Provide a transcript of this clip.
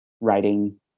writing